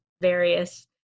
various